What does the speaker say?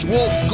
Wolf